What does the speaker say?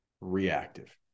reactive